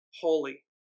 Holy